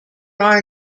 are